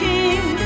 King